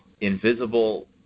invisible